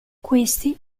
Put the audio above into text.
questi